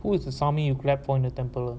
who is assuming you clap on the temple